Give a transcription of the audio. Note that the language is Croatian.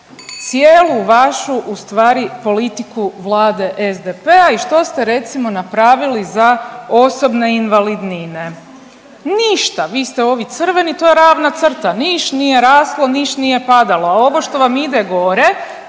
cijelu vašu ustvari politiku vlade SDP-a i što ste, recimo, napravili za osobne invalidnine. Ništa. Vi ste ovi crveni, to je ravna crta, niš nije raslo, niš nije padalo. A ovo što vam ide gore,